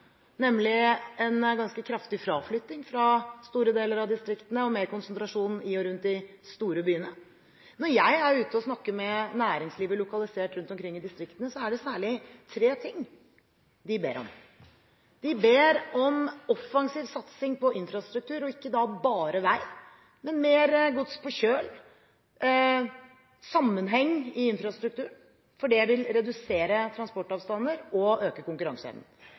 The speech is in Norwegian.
nemlig vært en ganske kraftig fraflytting fra store deler av distriktene og mer konsentrasjon i og rundt de store byene. Når jeg er ute og snakker med næringslivet lokalisert rundt omkring i distriktene, er det særlig tre ting de ber om. De ber om offensiv satsing på infrastruktur – og da ikke bare på vei – om mer gods på kjøl, og de ber om sammenheng i infrastrukturen, for det vil redusere transportavstander og øke konkurranseevnen.